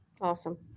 Awesome